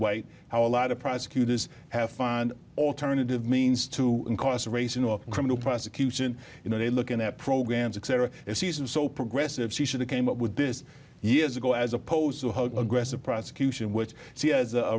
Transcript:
white how a lot of prosecutors have find alternative means to incarceration or criminal prosecution you know they're looking at programs etc and season so progressive he said they came up with this years ago as opposed to aggressive prosecution which she has a